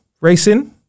Racing